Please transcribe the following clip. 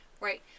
Right